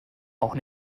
auch